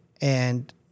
and-